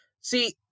See